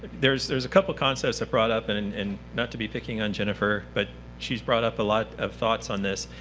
there's there's a couple of concepts brought up and and and not to be picking on jennifer but she has brought up a lot of thoughts on this.